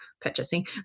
purchasing